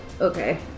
Okay